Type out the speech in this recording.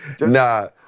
nah